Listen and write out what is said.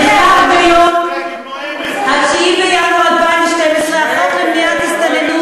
נחקק ביום 9 בינואר 2012 החוק למניעת הסתננות